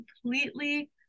completely